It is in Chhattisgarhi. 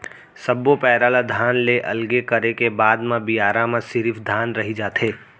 सब्बो पैरा ल धान ले अलगे करे के बाद म बियारा म सिरिफ धान रहि जाथे